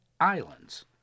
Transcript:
islands